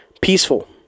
Peaceful